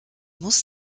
muss